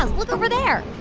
ah look over there